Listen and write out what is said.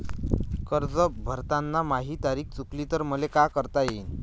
कर्ज भरताना माही तारीख चुकली तर मले का करता येईन?